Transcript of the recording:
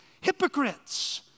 hypocrites